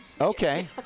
Okay